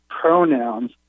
pronouns